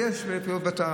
יש פעילות,